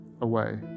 away